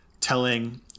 telling